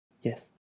Yes